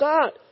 God